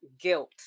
guilt